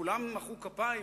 כולם מחאו כפיים,